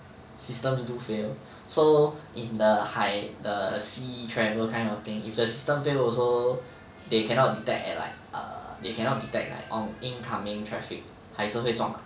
systems do fail so in the 海 the sea travel kind of thing if the system fail also they cannot detect at like err they cannot detect like on incoming traffic 还是会撞 [what]